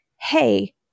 Hey